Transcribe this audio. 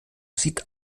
sieht